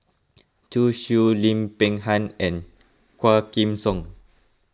Zhu Xu Lim Peng Han and Quah Kim Song